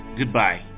goodbye